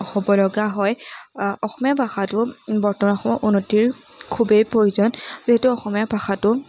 হ'ব লগা হয় অসমীয়া ভাষাটো বৰ্তমান সময়ত উন্নতিৰ খুবেই প্ৰয়োজন যিহেতু অসমীয়া ভাষাটো